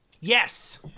Yes